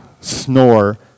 Snore